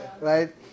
Right